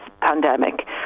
pandemic